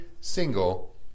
single